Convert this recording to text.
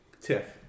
Tiff